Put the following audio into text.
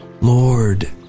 Lord